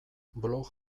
blog